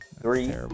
three